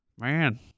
man